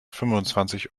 fünfundzwanzig